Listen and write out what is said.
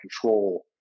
control